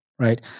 right